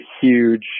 huge